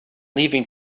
leaving